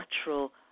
natural